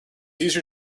easier